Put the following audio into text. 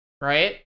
Right